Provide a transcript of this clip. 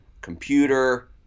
computer